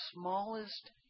smallest